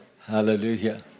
Hallelujah